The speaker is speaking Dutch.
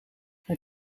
hij